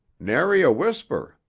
nary a whisper.